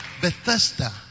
Bethesda